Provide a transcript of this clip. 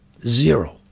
Zero